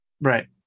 Right